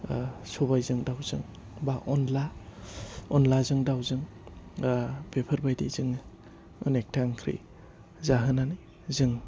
सबायजों दावजों बा अनला अनलाजों दावजों बेफोरबायदि जोङो अनेखथा ओंख्रि जाहोनानै जों